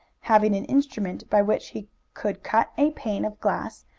having an instrument by which he could cut a pane of glass,